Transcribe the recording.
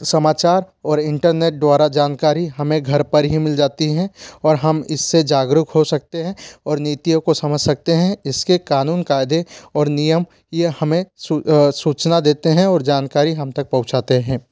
समाचार और इंटरनेट द्वारा जानकारी हमें घर पर ही मिल जाती हैं और हम इससे जागरूक हो सकते हैं और नीतियों को समझ सकते हैं इसके क़ानून क़ायदे और नियम यह हमें सूचना देते हैं और जानकारी हम तक पहुँचाते हैं